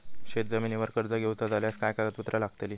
शेत जमिनीवर कर्ज घेऊचा झाल्यास काय कागदपत्र लागतली?